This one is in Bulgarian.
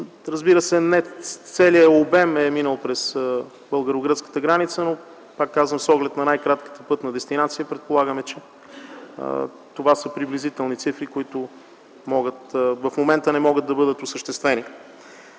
Естествено, не целият обем стоки е минал през българо-гръцката граница, но с оглед на най кратката пътна дестинация предполагаме, че това са приблизителните цифри, които в момента не могат да бъдат осъществени.